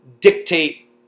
dictate